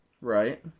Right